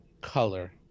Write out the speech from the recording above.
color